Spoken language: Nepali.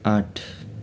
आठ